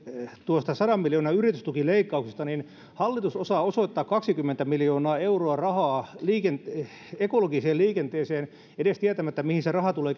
tuosta sadan miljoonan yritystukileikkauksesta hallitus osaa osoittaa kaksikymmentä miljoonaa euroa rahaa ekologiseen liikenteeseen edes tietämättä mihin se raha tulee